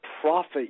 profit